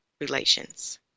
Relations